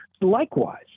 Likewise